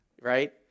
Right